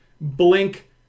blink